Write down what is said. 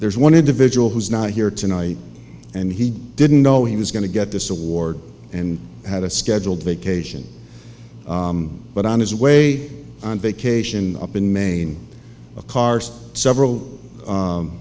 there is one individual who's not here tonight and he didn't know he was going to get this award and had a scheduled vacation but on his way on vacation up in maine a cars several